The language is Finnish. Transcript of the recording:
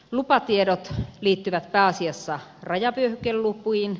lupatiedot liittyvät pääasiassa rajavyöhykelupiin